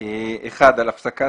על הפסקת